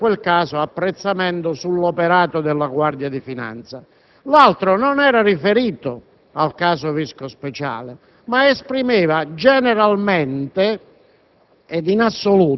in relazione a quel caso, apprezzamento sull'operato della Guardia di finanza, l'altro che non era riferito al caso Visco-Speciale, ma esprimeva in generale e